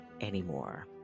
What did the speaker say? anymore